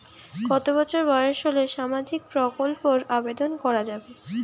কত বছর বয়স হলে সামাজিক প্রকল্পর আবেদন করযাবে?